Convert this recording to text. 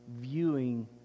viewing